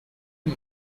you